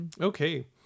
okay